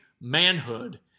manhood